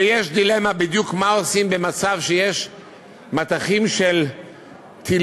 ויש דילמה מה עושים בדיוק במצב שיש מטחים של טילים